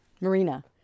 marina